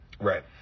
right